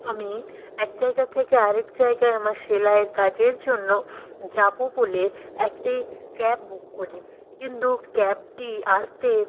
আমি এক জায়গা থেকে আরেক জায়গায় আমার সেলাইয়ের কাজের জন্য যাব বলে একটি ক্যাব বুক করি কিন্তু ক্যাবটি আসতে